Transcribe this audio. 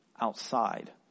outside